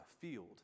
field